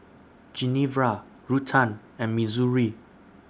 Genevra Ruthann and Missouri